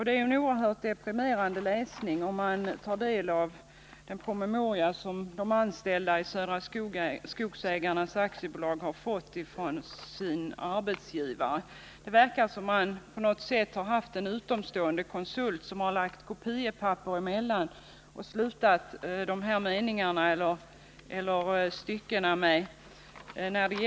Det är en oerhört deprimerande läsning att ta del av den PM som de anställda i Södra Skogsägarna AB har fått av sin arbetsgivare. Det verkar som om man har haft en utomstående konsult som lagt kopiepapper emellan och slutat meningarna och styckena på samma sätt.